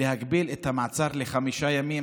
להגביל את המעצר לחמישה ימים,